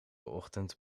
ochtend